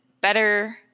better